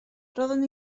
roeddwn